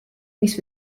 mis